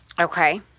Okay